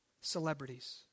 celebrities